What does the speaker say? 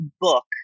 book